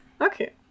Okay